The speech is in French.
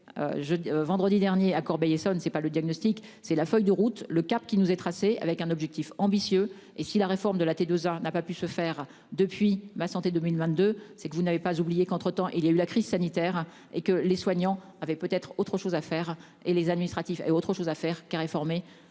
vendredi dernier à Corbeil-Essonnes. C'est pas le diagnostic c'est la feuille de route, le cap qui nous est tracé, avec un objectif ambitieux et si la réforme de la T2A, n'a pas pu se faire depuis ma santé 2022 c'est que vous n'avez pas oublié qu'entre temps il y a eu la crise sanitaire et que les soignants avaient peut-être autre chose à faire et les administratifs et autre chose à faire qu'à réformer